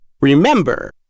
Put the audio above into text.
remember